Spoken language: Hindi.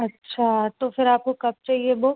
अच्छा तो फिर आपको कब चाहिए बुक